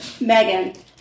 Megan